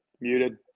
Muted